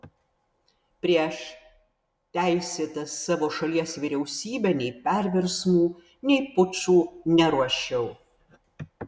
prieš teisėtą savo šalies vyriausybę nei perversmų nei pučų neruošiau